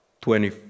twenty